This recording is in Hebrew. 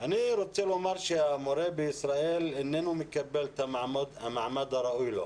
אני רוצה לומר שהמורה בישראל איננו מקבל את המעמד הראוי לו.